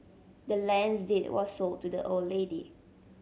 the land's deed was sold to the old lady